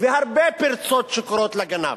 והרבה פרצות שקוראות לגנב.